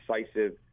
decisive